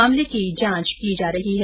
मामले की जांच की जा रही है